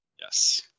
Yes